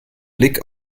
blick